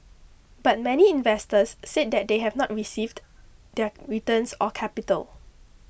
but many investors said that they have not received their returns or capital